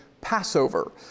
Passover